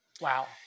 Wow